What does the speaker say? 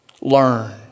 Learn